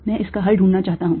मैं इसका हल ढूंढना चाहता हूं